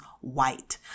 white